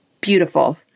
beautiful